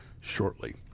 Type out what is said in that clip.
shortly